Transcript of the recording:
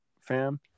fam